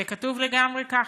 זה כתוב לגמרי ככה.